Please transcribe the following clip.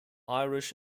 irish